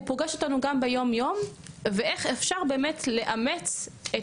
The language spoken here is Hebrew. הוא פוגש אותנו גם ביום-יום ואיך אפשר לאמץ את